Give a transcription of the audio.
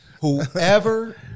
whoever